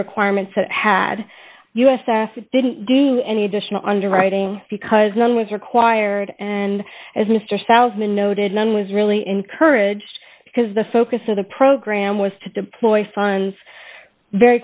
requirements that had us didn't do any additional underwriting because none was required and as mr sal's men noted none was really encouraged because the focus of the program was to deploy funds very